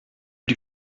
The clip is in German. die